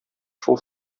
шул